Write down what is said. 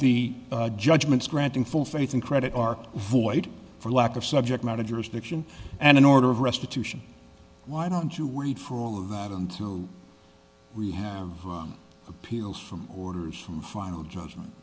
the judgments granting full faith and credit are void for lack of subject matter jurisdiction and an order of restitution why don't you wait for all of that until we have appeals from orders from final judgment